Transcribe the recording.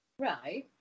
Right